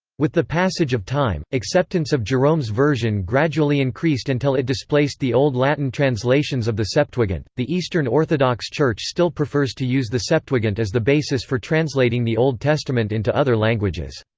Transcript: with the passage of time, acceptance of jerome's version gradually increased until it displaced the old latin translations of the septuagint the eastern orthodox church still prefers to use the septuagint as the basis for translating the old testament into other languages.